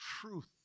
truth